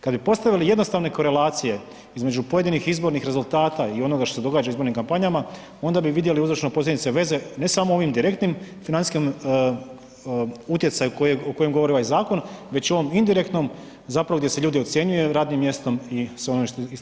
Kad bi postavili jednostavne korelacije između pojedinih izbornih rezultata i onog što se događa u izbornim kampanjama, onda bi vidjeli uzročno-posljedične veze ne samo ovim direktnim financijskom utjecaju o kojem govori ovaj zakon već i u ovom indirektnom zapravo gdje se ljude ocjenjuje radnim mjestom i sve ono što iz toga proizlazi.